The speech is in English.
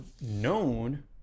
known